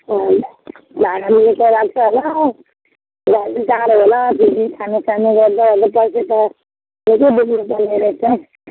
भाडा निकै लाग्छ होला जानु टाडो होला फेरि खानु सानु गर्दा ओर्दा पैसा त निकै बोक्नु पर्ने रहेछ